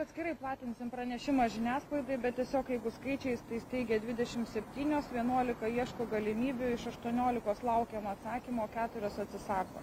atskirai platinsim pranešimą žiniasklaidai bet tiesiog jeigu skaičiais tai steigia dvidešimt septynios vienuolika ieško galimybių iš aštuoniolikos laukiam atsakymo keturios atsisako